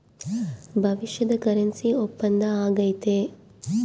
ಭವಿಷ್ಯದ ಕರೆನ್ಸಿ ಒಪ್ಪಂದ ಆಗೈತೆ